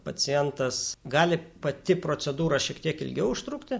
pacientas gali pati procedūra šiek tiek ilgiau užtrukti